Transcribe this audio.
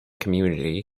community